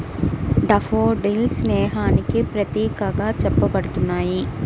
daffodils స్నేహానికి ప్రతీకగా చెప్పబడుతున్నాయి